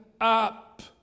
up